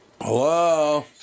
Hello